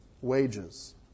wages